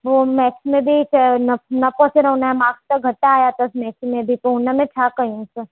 पोइ मैक्स में बि चयो हुनजा मार्क्स त घटि आया अथसि मैक्स में बि पोइ हुन में छा कयूंसि